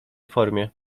formie